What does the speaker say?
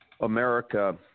America